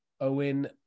Owen